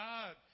God